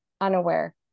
unaware